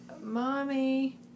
Mommy